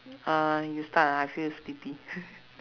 um you start lah I feel sleepy